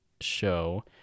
show